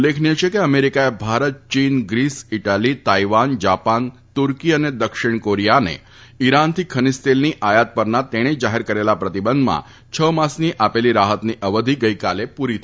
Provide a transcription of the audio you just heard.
ઉલ્લેખનિય છે કે અમેરિકાએ ભારત ચીન ગ્રીસ ઈટાલી તાઈવાન જાપાન તુર્કી અને દક્ષિણ કોરીયાને ઈરાનથી ખનીજ તેલની આયાત પરના તેણે જાહેર કરેલા પ્રતિબંધમાં છ માસની આપેલી રાહતની અવધી ગઈકાલે પૂરી થઈ છે